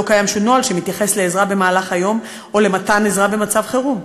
לא קיים שום נוהל שמתייחס לעזרה במהלך היום או למתן עזרה במצב חירום.